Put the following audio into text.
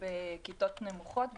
בכיתות נמוכות.